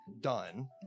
done